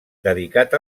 dedicat